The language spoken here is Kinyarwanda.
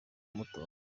kumutora